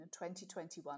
2021